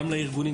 גם לארגונים,